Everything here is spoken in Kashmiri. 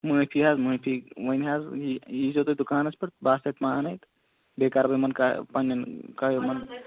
معٲفی حظ معٲفی وۄنۍ حظ یہِ ییٖزیو تُہۍ دُکانَس پٮ۪ٹھ بہٕ آسہٕ تَتہِ پانَے تہٕ بیٚیہِ کَرٕ بہٕ یِمن پَنٛنٮ۪ن یِمن